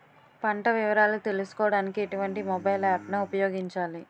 పంట వివరాలు తెలుసుకోడానికి ఎటువంటి మొబైల్ యాప్ ను ఉపయోగించాలి?